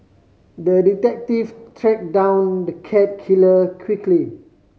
the detective track down the cat killer quickly